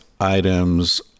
items